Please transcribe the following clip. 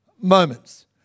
moments